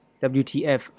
WTF